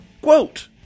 Quote